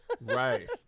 right